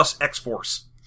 X-Force